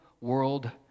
world